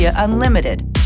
Unlimited